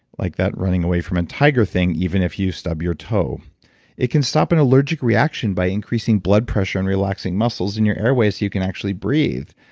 like that running away from a tiger thing even if you stub your toe it can stop an allergic reaction by increasing blood pressure and relaxing muscles in your airways so you can actually breathe.